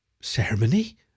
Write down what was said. Ceremony